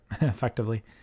effectively